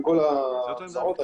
אני